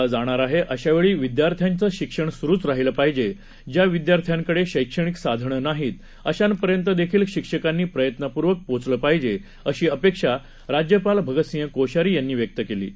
कोरोनावर लस येण्यासाठी काही काळ जाणार आहे अशावेळी विद्यार्थ्यांचे शिक्षण सुरूच राहिले पाहिजे ज्या विदयार्थ्यांकडे शैक्षणिक साधने नाहीत अशांपर्यंतदेखील शिक्षकांनी प्रयत्नपूर्वक पोहोचले पाहिजे अशी अपेक्षा राज्यपाल भगतसिंग कोश्यारी यांनी व्यक्त केली आहे